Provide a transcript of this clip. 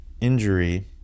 injury